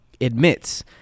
admits